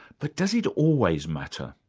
but does it always matter?